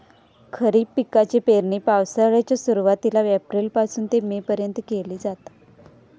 खरीप पिकाची पेरणी पावसाळ्याच्या सुरुवातीला एप्रिल पासून ते मे पर्यंत केली जाता